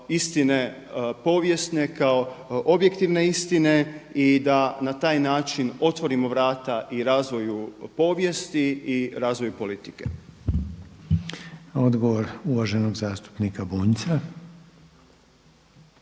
istine povijesne kao objektivne istine i da na taj način otvorimo vrata i razvoju povijesti i razvoju politike. **Reiner, Željko (HDZ)** Odgovor uvaženog zastupnika Bunjca.